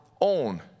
own